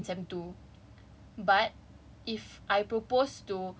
then I can only do it in sem the module compulsory module in sem two